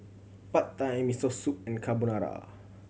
Pad Thai Miso Soup and Carbonara